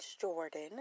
Jordan